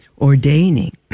ordaining